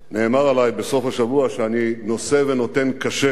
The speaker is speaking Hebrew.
נאמר עלי בסוף השבוע שאני נושא ונותן קשה.